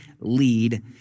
lead